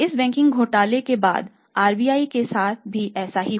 इस बैंकिंग घोटाले के बाद RBI के साथ भी ऐसा ही है